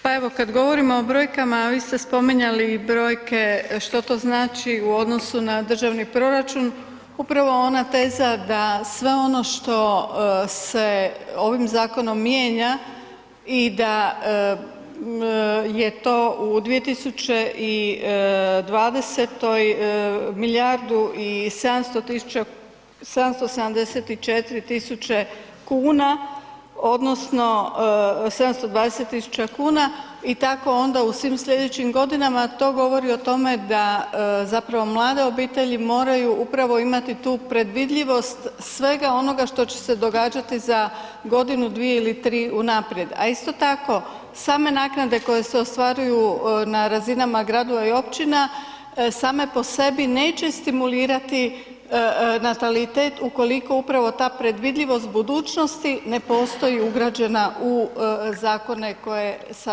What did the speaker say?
Pa evo kad govorimo o brojkama, a vi ste spominjali brojke što to znači u odnosu na državni proračun, upravo ona teza da sve ono što se ovim Zakonom mijenja i da je to u 2020.-oj, milijardu i sedamsto tisuća kuna, 774 tisuće kuna, odnosno 720 tisuća kuna, i tako onda u svim sljedećim godinama, to govori o tome da zapravo mlada obitelji moraju upravo imati tu predvidljivost svega onoga što će se događati za godinu, dvije ili tri unaprijed, a isto tako, same naknade koje se ostvaruju na razinama Gradova i Općina, same po sebi neće stimulirati natalitet ukoliko upravo ta predvidljivost budućnosti ne postoji ugrađena u zakone koje sada donosimo.